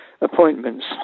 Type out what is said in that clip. appointments